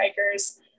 hikers